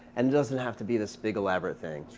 and doesn't have to be this big, elaborate thing.